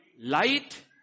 light